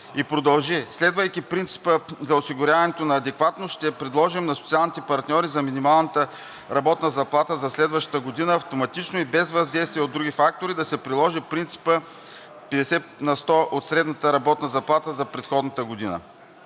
продължи: „Следвайки принципа за осигуряването на адекватност, ще предложим на социалните партньори за минималната работна заплата за следващата година автоматично и без въздействие от други фактори да се приложи принципът 50 на сто от средната работна заплата за предходната година.“